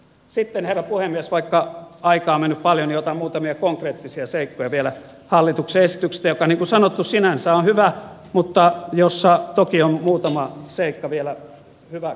sitten herra puhemies vaikka aikaa on mennyt paljon otan muutamia konkreettisia seikkoja vielä hallituksen esityksestä joka niin kuin sanottu sinänsä on hyvä mutta jossa toki on muutama seikka vielä hyvä katsoa